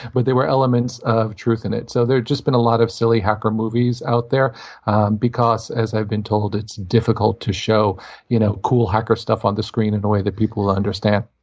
but there were elements of truth in it. so there have just been a lot of silly hacker movies out there because, as i've been told, it's difficult to show you know cool hacker stuff on the screen in a way that people will understand.